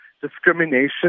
discrimination